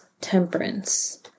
temperance